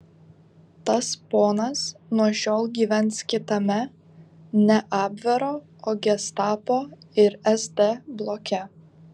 tas ponas nuo šiol gyvens kitame ne abvero o gestapo ir sd bloke